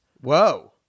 Whoa